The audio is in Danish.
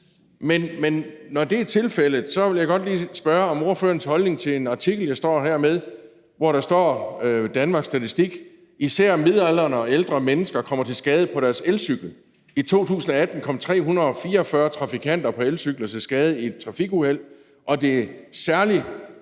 men når det er tilfældet, vil jeg godt lige spørge om ordførerens holdning til en artikel, som jeg står med her, hvor Danmarks Statistik siger: »Især midaldrende og ældre mennesker kommer til skade på deres elcykel.« De skriver, at i 2018 kom 344 trafikanter på elcykler til skade i trafikuheld, og at det særligt